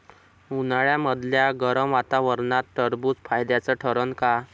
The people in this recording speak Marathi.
उन्हाळ्यामदल्या गरम वातावरनात टरबुज फायद्याचं ठरन का?